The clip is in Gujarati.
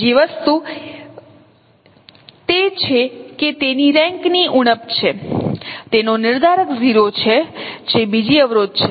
બીજી વસ્તુ તે છે કે તેની રેન્ક ની ઉણપ છે તેનો નિર્ધારક 0 છે જે બીજી અવરોધ છે